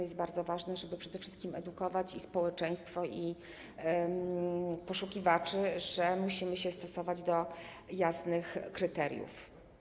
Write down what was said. I to jest bardzo ważne, żeby przede wszystkim edukować i społeczeństwo, i poszukiwaczy, że musimy się stosować do jasnych kryteriów.